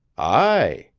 aye,